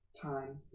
Time